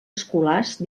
escolars